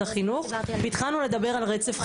החינוך והתחלנו לדבר על רצף חינוכי,